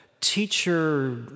teacher